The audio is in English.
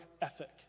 ethic